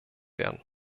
werden